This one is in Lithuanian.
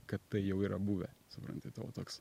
kad tai jau yra buvę supranti tavo toks